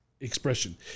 expression